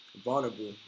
vulnerable